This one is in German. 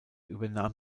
übernahm